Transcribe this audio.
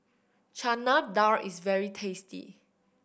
Chana Dal is very tasty